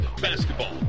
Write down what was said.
basketball